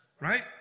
Right